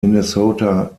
minnesota